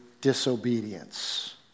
disobedience